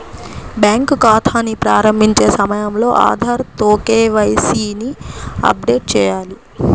bank ఖాతాని ప్రారంభించే సమయంలో ఆధార్ తో కే.వై.సీ ని అప్డేట్ చేయాలి